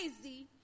crazy